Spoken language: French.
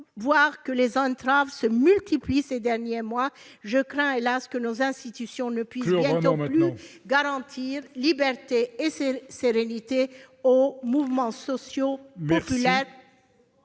manifester. Les entraves se multiplient ces derniers mois. Je crains, hélas ! que nos institutions ne puissent bientôt plus garantir liberté et sérénité aux mouvements sociaux populaires